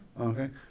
Okay